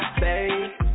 babe